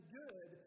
good